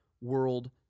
world